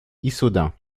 issoudun